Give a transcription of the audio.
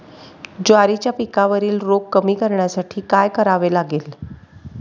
ज्वारीच्या पिकावरील रोग कमी करण्यासाठी काय करावे लागेल?